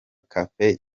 cafe